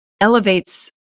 Elevates